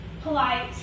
polite